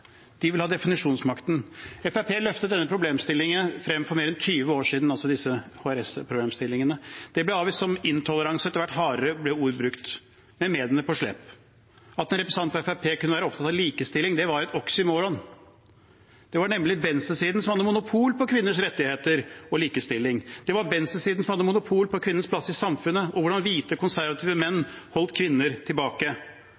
de vil ha definisjonsmakten. Fremskrittspartiet løftet disse HRS-problemstillingene frem for mer enn 20 år siden. Det ble avvist som intoleranse, etter hvert ble hardere ord brukt – med mediene på slep. At en representant fra Fremskrittspartiet kunne være opptatt av likestilling, var et oksymoron. Det var nemlig venstresiden som hadde monopol på kvinners rettigheter og likestilling. Det var venstresiden som hadde monopol på kvinnens plass i samfunnet og hvordan hvite konservative